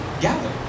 gather